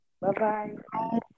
Bye-bye